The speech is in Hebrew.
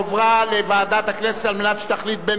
הועברה לוועדת הכנסת כדי שתחליט בין